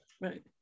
Right